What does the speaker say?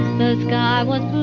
the sky was